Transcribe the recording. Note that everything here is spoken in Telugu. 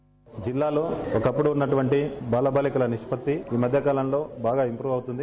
వాయిస్ జిల్లాలో ఒకప్పుడు ఉన్న టువంటి బాలబాలికల నిష్పత్తి ఈ మధ్య కాలంలో బాగా ఎక్కవౌతుంది